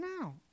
now